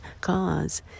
cause